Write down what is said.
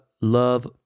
Love